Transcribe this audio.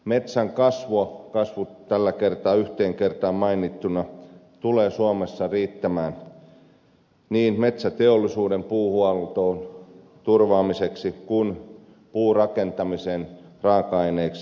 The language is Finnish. metsän kasvu tällä kertaa yhteen kertaan mainittuna tulee suomessa riittämään niin metsäteollisuuden puuhuollon turvaamiseen kuin puurakentamiseen raaka aineeksi